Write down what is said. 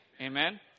Amen